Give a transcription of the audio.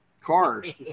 cars